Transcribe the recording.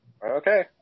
Okay